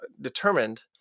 determined